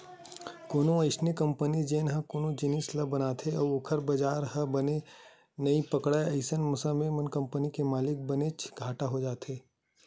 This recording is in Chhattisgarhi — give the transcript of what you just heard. कोनो अइसन कंपनी जेन ह कोनो जिनिस ल बनाथे अउ ओखर बजार ह बने नइ पकड़य अइसन समे म कंपनी के मालिक ल बनेच घाटा हो जाथे